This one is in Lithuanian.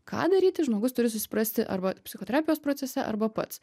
ką daryti žmogus turi susiprasti arba psichoterapijos procese arba pats